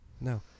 No